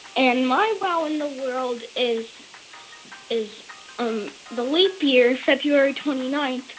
and my wow in the world is the um the leap year, february twenty nine,